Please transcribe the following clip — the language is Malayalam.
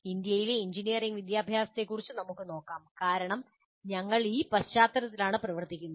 ഇന്ത്യയിലെ എഞ്ചിനീയറിംഗ് വിദ്യാഭ്യാസത്തെക്കുറിച്ച് നമുക്ക് നോക്കാം കാരണം ഞങ്ങൾ ഈ പശ്ചാത്തലത്തിലാണ് പ്രവർത്തിക്കുന്നത്